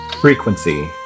Frequency